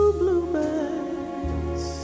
bluebirds